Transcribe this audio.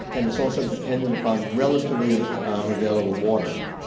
and it's also dependent upon relatively available water.